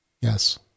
Yes